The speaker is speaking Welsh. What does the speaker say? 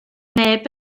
neb